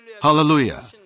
Hallelujah